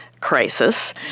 crisis